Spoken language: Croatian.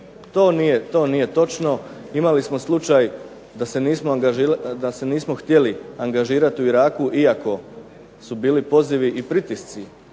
To nije točno. Imali smo slučaj da se nismo htjeli angažirati u Iraku iako su bili pozivi i pritisci